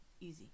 easy